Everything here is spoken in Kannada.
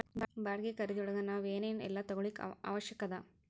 ಬಾಡ್ಗಿ ಖರಿದಿಯೊಳಗ್ ನಾವ್ ಏನ್ ಏನೇಲ್ಲಾ ತಗೊಳಿಕ್ಕೆ ಅವ್ಕಾಷದ?